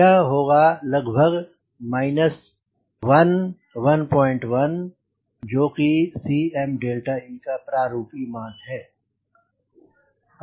यह होगा लगभग माइनस 1 1 1 जो कि Cme का प्रारूपी मान है